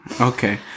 Okay